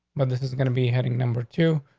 but this is gonna be heading number two.